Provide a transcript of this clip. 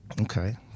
Okay